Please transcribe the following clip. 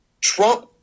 Trump